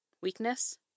weakness